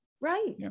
Right